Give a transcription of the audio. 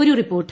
ഒരു റിപ്പോർട്ട്